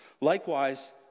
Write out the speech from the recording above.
likewise